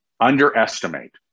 underestimate